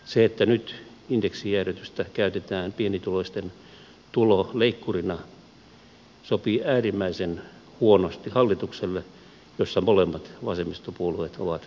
se että nyt indeksijäädytystä käytetään pienituloisten tuloleikkurina sopii äärimmäisen huonosti hallitukselle jossa molemmat vasemmistopuolueet ovat mukana